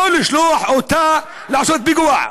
לא לשלוח אותה לעשות פיגוע.